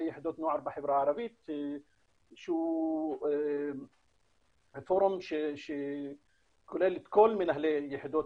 יחידות נוער בחברה הערבית שהוא פורום שכולל את כל מנהלי יחידות